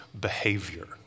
behavior